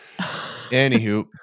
anywho